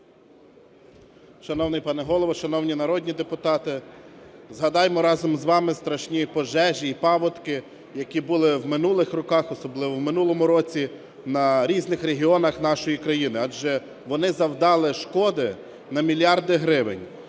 Шановний пане Голово, шановні народні депутати, згадаймо разом з вами страшні пожежі і паводки, які були в минулих роках, особливо в минулому році, на різних регіонах нашої країни, адже вони завдали шкоди на мільярди гривень.